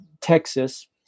Texas